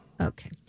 Okay